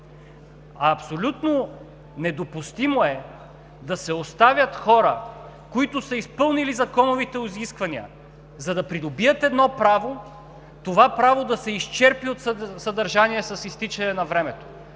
Абсолютно недопустимо е да се оставят хора, които са изпълнили законовите изисквания, за да придобият едно право, това право да се изчерпи от съдържание с изтичане на времето.